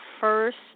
first